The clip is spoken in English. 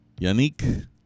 Yannick